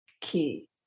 key